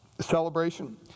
celebration